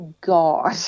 god